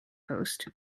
post